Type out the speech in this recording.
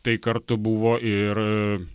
tai kartu buvo ir